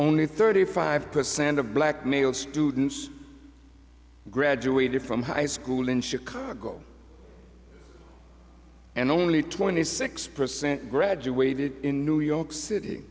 only thirty five percent of black male students graduated from high school in chicago and only twenty six percent graduated in new york city